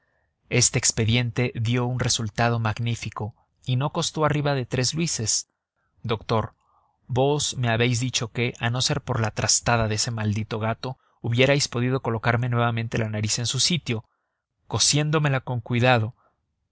este expediente dio un resultado magnífico y no costó arriba de tres luises doctor vos me habéis dicho que a no ser por la trastada de ese maldito gato hubierais podido colocarme nuevamente la nariz en su sitio cosiéndomela con cuidado